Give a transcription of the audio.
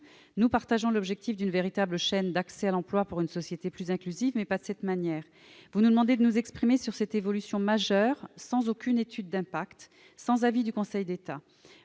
nous partageons l'objectif d'une véritable chaîne d'accès à l'emploi pour une société plus inclusive, mais pas de cette manière. Vous nous demandez de nous prononcer sur cette évolution majeure sans étude d'impact ni avis du Conseil d'État.